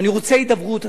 ואני רוצה הידברות,